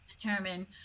determine